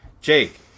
Jake